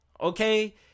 okay